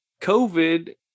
COVID